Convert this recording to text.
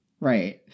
Right